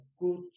good